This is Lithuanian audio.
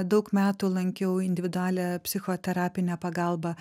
daug metų lankiau individualią psichoterapinę pagalbą